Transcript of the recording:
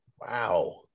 wow